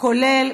כולל,